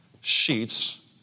sheets